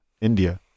India